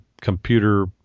computer